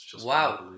wow